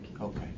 Okay